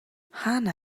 хаана